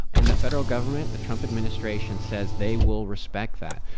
and the federal government, the trump administration, says they will respect that.